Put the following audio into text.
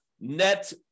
net